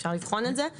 אפשר לבחון את זה.